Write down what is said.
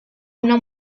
una